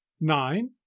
nine